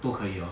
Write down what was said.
都可以 hor